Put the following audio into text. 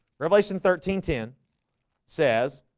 revelation thirteen ten says